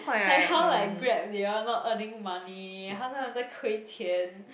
like how like Grab they all not earning money how 他们在亏欠